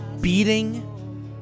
Beating